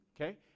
Okay